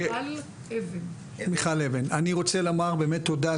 אני רוצה לומר באמת תודה.